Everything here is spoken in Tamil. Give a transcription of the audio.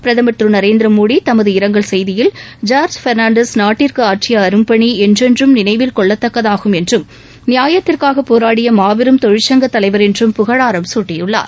பிரதமர் திருநரேந்திரமோடிதமது இரங்கல் செய்தியில் ஜார்ஜ் பெர்னாண்டஸ் நாட்டிற்குஆற்றியஅரும்பணிஎன்றென்றும் நினைவில் என்றம் நியாயத்திற்காகபோராடியமாபெரும் தொழிற்சங்க தலைவர் என்றும் புகழாரம் சூட்டியுள்ளார்